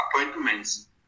appointments